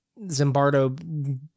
Zimbardo